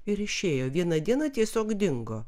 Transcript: ir išėjo vieną dieną tiesiog dingo